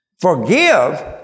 Forgive